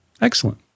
Excellent